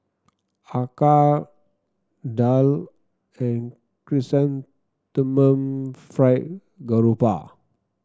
acar daal and Chrysanthemum Fried Garoupa